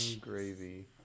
Gravy